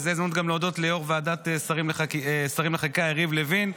וזו ההזדמנות גם להודות ליו"ר ועדת שרים לחקיקה יריב לוין,